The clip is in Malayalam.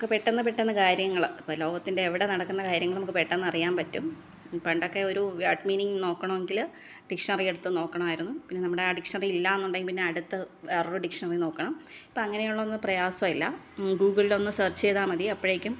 നമുക്ക് പെട്ടെന്ന് പെട്ടെന്ന് കാര്യങ്ങൾ ഇപ്പോൾ ലോകത്തിൻ്റെ എവിടെ നടക്കുന്ന കാര്യങ്ങള് നമുക്ക് പെട്ടെന്ന് അറിയാന് പറ്റും പണ്ടൊക്കെ ഒരു വേഡ് മീനിങ് നോക്കുകയാണെങ്കിൽ ഡിക്ഷ്ണറി എടുത്ത് നോക്കണമായിരുന്നു പിന്നെ നമ്മുടെ ഡിക്ഷ്ണറി ഇല്ലായെന്നുണ്ടെങ്കിൽ അടുത്ത് വേറെയൊരു ഡിക്ഷ്ണറി നോക്കണം ഇപ്പോൾ അങ്ങനെയൊരു പ്രയാസം ഇല്ല ഗൂഗിളില് ഒന്ന് സര്ച്ച് ചെയ്താല് മതി അപ്പോഴേക്കും